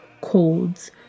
colds